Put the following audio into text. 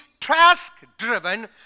task-driven